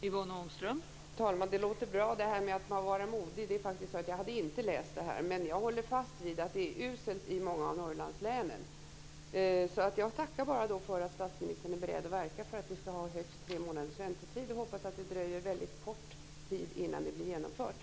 Fru talman! Det låter ju bra att man är modig. Jag hade faktiskt inte läst detta. Jag håller fast vid att det är uselt i många Norrlandslän. Jag tackar för att socialministern är beredd att verka för att vi ska ha högst tre månaders väntetid, och hoppas att det dröjer väldigt kort tid innan det blir genomfört.